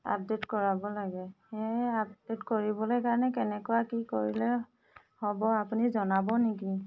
update কৰাব লাগে সেয়েহে আপডেট কৰিবলৈ কাৰণে কেনেকুৱা কি কৰিলে হ'ব আপুনি জনাব নেকি